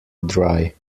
dry